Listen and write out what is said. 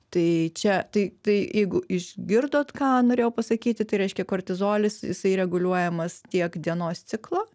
tai čia tai tai jeigu išgirdot ką norėjau pasakyti tai reiškia kortizolis jisai reguliuojamas tiek dienos ciklo